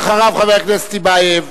אחריו, חבר הכנסת טיבייב.